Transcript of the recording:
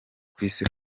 kwisi